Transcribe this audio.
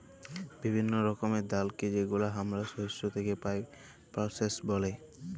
বিভিল্য রকমের ডালকে যেগুলা হামরা শস্য থেক্যে পাই, পালসেস ব্যলে